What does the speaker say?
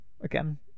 again